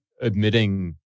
admitting